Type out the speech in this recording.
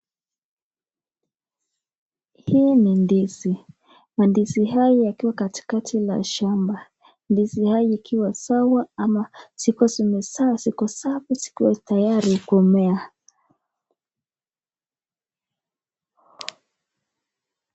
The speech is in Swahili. Hii ni ndizi na ndizi haya yakiwa katikati la shamba, ndizi hayo zikiwa sawa ama ziko zimezaa ziko safi ziko tayari kumea.